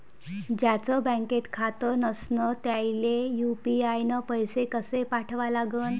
ज्याचं बँकेत खातं नसणं त्याईले यू.पी.आय न पैसे कसे पाठवा लागन?